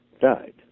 died